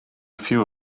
few